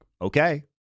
okay